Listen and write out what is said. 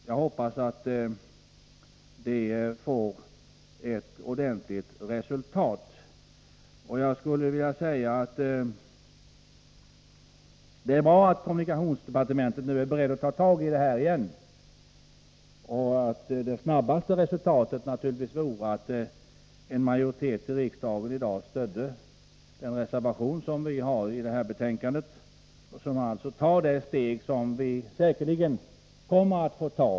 Jag hoppas att det ger ett ordentligt resultat. Det är bra att kommunikationsdepartementet nu är berett att ta tag i detta ärende igen. Snabbast skulle man nå resultat, om en majoritet här i riksdagen i dag stödde den reservation som vi har fogat till detta betänkande. Vi föreslår att man redan nu skall ta det steg som man säkerligen kommer att få ta.